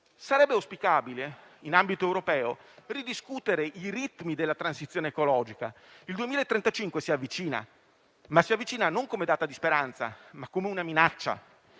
Sarebbe auspicabile, in ambito europeo, ridiscutere i ritmi della transizione ecologica: il 2035 si avvicina e non come una data di speranza, ma come una minaccia.